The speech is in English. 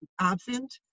absent